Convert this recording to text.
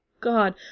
god